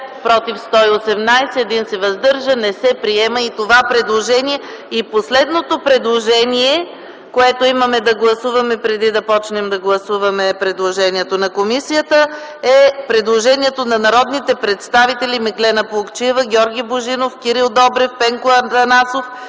против 118, въздържал се 1. Не се приема и това предложение. Последното предложение, което имаме да гласуваме преди да започнем да гласуваме предложенията на комисията, е на народните представители Меглена Плугчиева, Георги Божинов, Кирил Добрев, Пенко Атанасов,